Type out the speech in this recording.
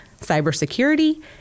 cybersecurity